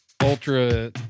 ultra